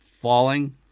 falling